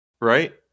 right